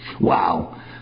Wow